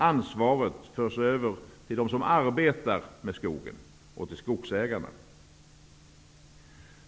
Ansvaret förs över till dem som arbetar med skogen och till skogsägarna.